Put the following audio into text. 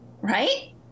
Right